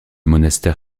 monastère